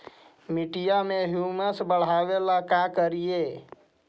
मिट्टियां में ह्यूमस बढ़ाबेला का करिए?